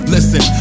Listen